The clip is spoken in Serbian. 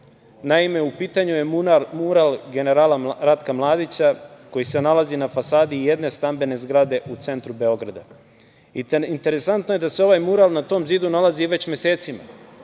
Naime, u pitanju je mural generala Ratka Mladića koji se nalazi na fasadi jedne stambene zgrade u centru Beograda. Interesantno je da se ovaj mural na tom zidu nalazi već mesecima,